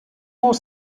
molt